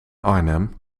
arnhem